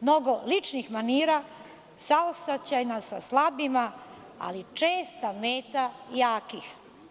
mnogo ličnih manira, saosećajna sa slabima, ali česta meta jakih.